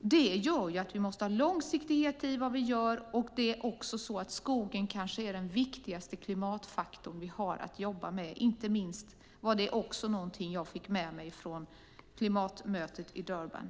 Det gör att vi måste ha långsiktighet i det vi gör. Skogen är kanske den viktigaste klimatfaktorn vi har att jobba med. Det var också någonting jag fick med mig från klimatmötet i Durban.